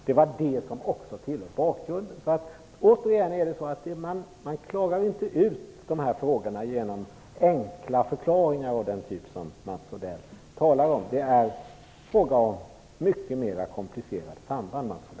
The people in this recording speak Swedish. Detta tillhör också bakgrunden. Återigen är det så att man inte klarar ut dessa frågor genom enkla förklaringar av den typ som Mats Odell talar om. Det är fråga om mycket mera komplicerade samband.